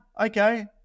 okay